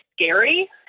scary